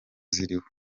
ziriho